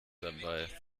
dabei